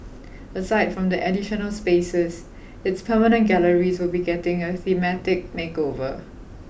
aside from the additional spaces its permanent galleries will be getting a thematic makeover